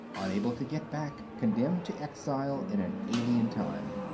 unable to get back, condemned to exile in an alien time.